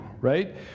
right